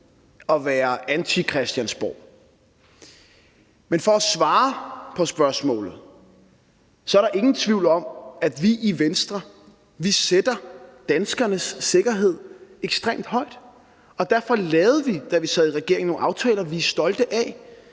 at være antichristiansborg. Men for at svare på spørgsmålet, så er der ingen tvivl om, at vi i Venstre sætter danskernes sikkerhed ekstremt højt, og derfor lavede vi, da vi sad i regering, nogle aftaler, vi er stolte af,